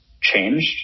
changed